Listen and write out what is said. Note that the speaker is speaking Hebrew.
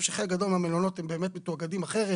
שחלק גדול מהמלונות באמת מתואגדים אחרת